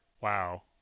wow